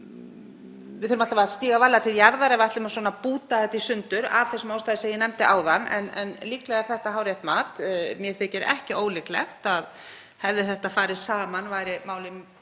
við þurfum alla vega að stíga varlega til jarðar ef við ætlum að búta þetta í sundur af þeim ástæðum sem ég nefndi áðan. En líklega er þetta hárrétt mat. Mér þykir ekki ólíklegt að hefði þetta farið saman væri málið